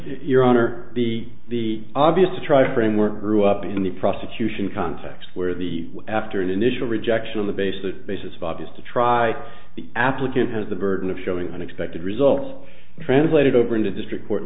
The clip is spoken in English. your honor the the obvious to try framework grew up in the prosecution context where the after an initial rejection of the base the basis of obvious to try the applicant has the burden of showing unexpected results translated over into district court